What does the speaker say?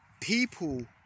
People